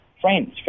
friends